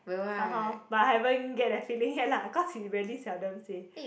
but I haven't get that feeling yet lah cause he really seldom say